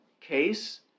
case